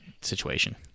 Situation